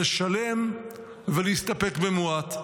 לשלם ולהסתפק במועט.